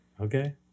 Okay